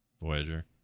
Voyager